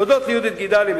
וכן ליהודית גידלי,